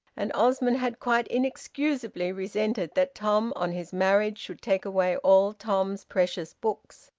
and osmond had quite inexcusably resented that tom on his marriage should take away all tom's precious books.